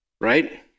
right